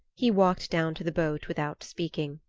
he walked down to the boat without speaking.